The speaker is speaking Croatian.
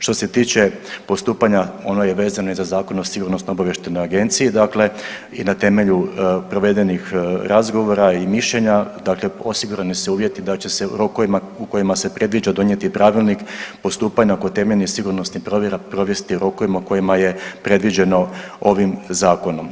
Što se tiče postupanja ono je vezano i za Zakon o Sigurnosno obavještajnoj agenciji dakle i na temelju provedenih razgovora i mišljenja dakle osigurani su uvjeti da će se u rokovima u kojima se predviđa donijeti pravilnik, postupanja oko temeljnih sigurnosnih provjera provesti u rokovima kojima je predviđeno ovim zakonom.